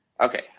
Okay